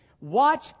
Watch